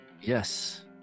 yes